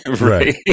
Right